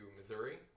Missouri